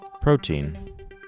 protein